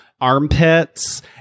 Armpits